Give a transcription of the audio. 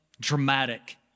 dramatic